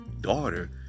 daughter